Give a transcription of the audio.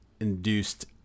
induced